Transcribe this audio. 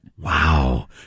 Wow